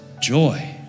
joy